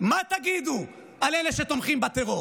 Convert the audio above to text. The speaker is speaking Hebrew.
מה תגידו על אלה שתומכים בטרור?